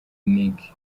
nic